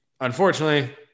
unfortunately